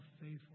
faithful